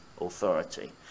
authority